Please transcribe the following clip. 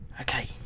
Okay